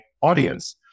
audience